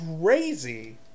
crazy